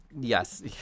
Yes